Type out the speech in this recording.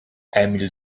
emil